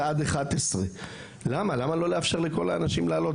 עד 11:00. למה לא לאפשר לכל האנשים לעלות?